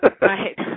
Right